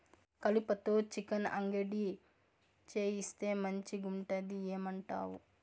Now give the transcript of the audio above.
కలుపతో చికెన్ అంగడి చేయిస్తే మంచిగుంటది ఏమంటావు